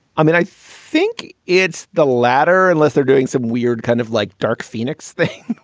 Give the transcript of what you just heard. i mean, i think it's the latter, unless they're doing some weird kind of like dark phoenix thing.